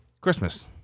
Christmas